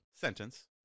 sentence